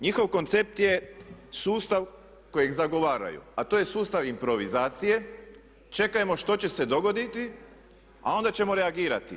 Njihov koncept je sustav kojeg zagovaraju, a to je sustav improvizacije, čekajmo što će se dogoditi, a onda ćemo reagirati.